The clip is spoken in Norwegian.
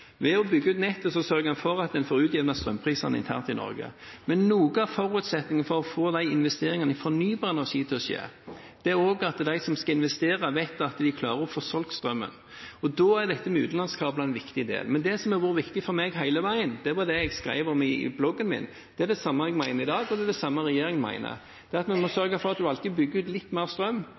Ved å bygge ut nettet sørger man for at en får utjevnet strømprisene internt i Norge. Noe av forutsetningen for å få investeringer i fornybar energi er at de som investerer, vet at de klarer å få solgt strømmen. Da er dette med utenlandskabler viktig. Det som hele veien har vært viktig for meg, er det jeg skrev om i bloggen min, det er det samme jeg mener i dag, og det er det samme regjeringen mener. Det er at vi må sørge for alltid å bygge ut litt mer strøm